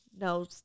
No